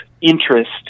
interest